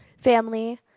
family